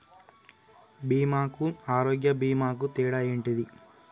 బీమా కు ఆరోగ్య బీమా కు తేడా ఏంటిది?